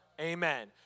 Amen